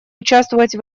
участвовать